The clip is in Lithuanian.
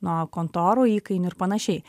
nuo kontorų įkainių ir panašiai